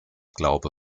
glaube